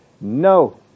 No